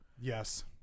Yes